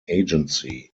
agency